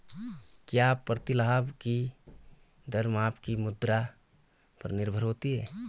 क्या प्रतिलाभ की दर माप की मुद्रा पर निर्भर होती है?